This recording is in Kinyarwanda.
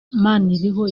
maniriho